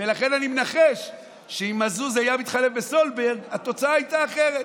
ולכן אני מנחש שאם מזוז היה מתחלף בסולברג התוצאה הייתה אחרת.